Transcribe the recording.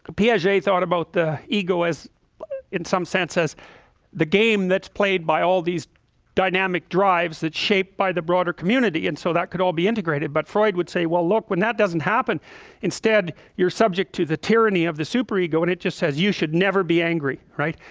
piaget thought about the ego as in some sense as the game that's played by all these dynamic drives that's shaped by the broader community. and so that could all be integrated but freud would say well look when that doesn't happen instead you're subject to the tyranny of the super-ego and it just says you should never be angry, right?